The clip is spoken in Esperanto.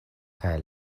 kaj